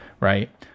right